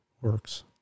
works